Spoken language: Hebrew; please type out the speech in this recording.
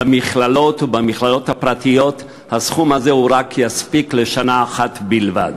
במכללות הפרטיות הסכום הזה יספיק לשנה אחת בלבד.